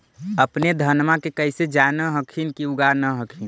अपने धनमा के कैसे जान हखिन की उगा न हखिन?